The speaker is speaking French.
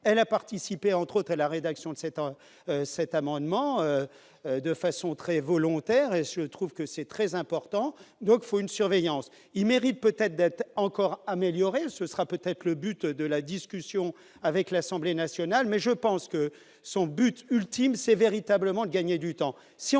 elle a participé, entre autres, à la rédaction de 7 ans cet amendement de façon très volontaire et se trouve que c'est très important, donc faut une surveillance il mérite peut-être d'être encore améliorée, ce sera peut-être le but de la discussion avec l'Assemblée nationale, mais je pense que son but ultime, c'est véritablement gagner du temps,